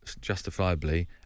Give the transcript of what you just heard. justifiably